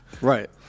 Right